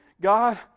God